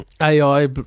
AI